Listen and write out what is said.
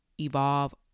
evolve